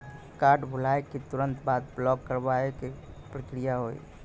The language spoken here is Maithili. कार्ड भुलाए के तुरंत बाद ब्लॉक करवाए के का प्रक्रिया हुई?